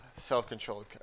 self-controlled